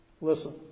Listen